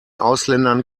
ausländern